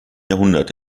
jahrhundert